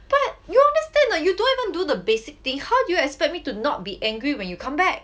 but you understand lah you don't even do the basic thing how do you expect me to not be angry when you come back